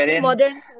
Modern